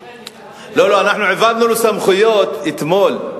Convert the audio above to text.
לא, לא, העברנו לו סמכויות אתמול.